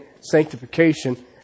sanctification